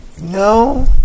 No